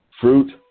fruit